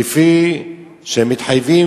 כפי שמתחייבים,